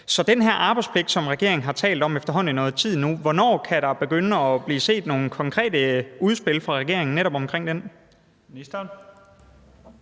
til den her arbejdspligt, som regeringen har talt om i efterhånden noget tid nu, begynde at blive set nogle konkrete udspil fra regeringen? Kl. 13:56 Første